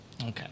Okay